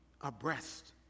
abreast